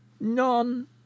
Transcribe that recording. none